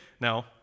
Now